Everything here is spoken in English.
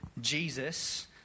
Jesus